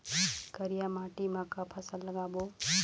करिया माटी म का फसल लगाबो?